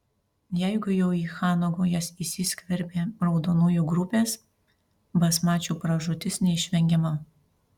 jeigu jau į chano gaujas įsiskverbė raudonųjų grupės basmačių pražūtis neišvengiama